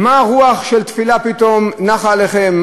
מה הרוח של תפילה פתאום נחה עליכם?